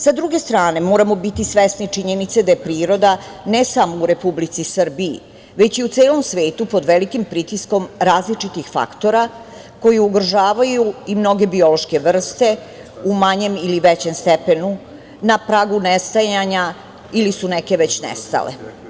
Sa druge strane moramo biti svesni činjenice da je priroda, ne samo u Republici Srbiji, već i u celom svetu pod velikim pritiskom različitih faktora koji ugrožavaju i mnoge biološke vrste u manjem ili većem stepenu na pragu nestajanja ili su neke već nestale.